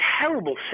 terrible